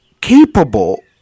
capable